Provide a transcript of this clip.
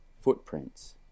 footprints